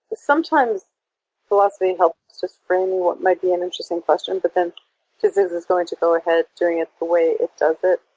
sometimes philosophy helps in so so framing what might be an interesting question but then physics is going to go ahead doing it the way it does it.